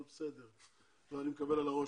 אני מקבל אחר כך על הראש.